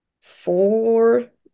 four